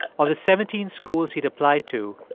of the seventeen schools he'd applied to,